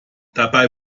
dabei